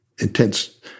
intense